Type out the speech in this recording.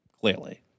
clearly